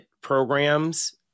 programs